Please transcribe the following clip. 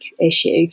issue